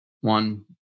One